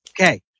Okay